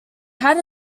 had